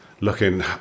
looking